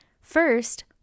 First